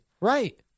Right